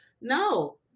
No